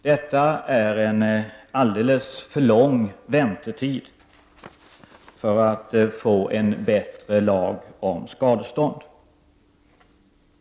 Detta är en alldeles för lång väntetid när det gäller att få en bättre lag om skadestånd.